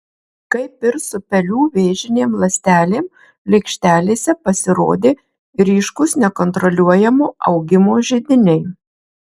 kaip ir su pelių vėžinėm ląstelėm lėkštelėse pasirodė ryškūs nekontroliuojamo augimo židiniai